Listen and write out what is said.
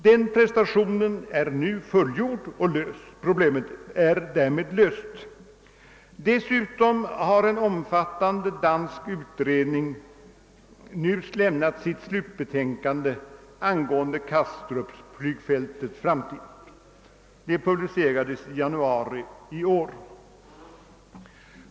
Denna prestation är nu fullgjord och uppgiften är därmed löst. Dessutom har en omfattande dansk utredning nyss lämnat sitt slutbetänkande angående Kastrupflygfältets framtid; det publicerades i januari i år.